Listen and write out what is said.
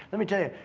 let me tell you,